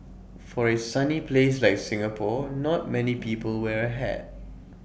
for A sunny place like Singapore not many people wear hat